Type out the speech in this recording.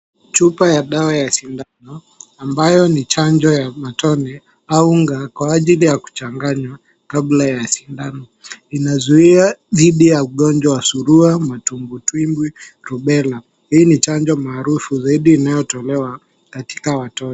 Chupa ya dawa ya sindano ambayo ni chanjo ya matone au unga kwa ajili ya kuchanganywa kabla ya sindano. Inazuia dhidi ya ugonjwa wa surua, matumbwitumbwi, rubella. Hii ni chanjo maarufu zaidi inayotolewa katika watoto.